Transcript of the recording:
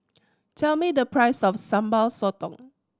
tell me the price of Sambal Sotong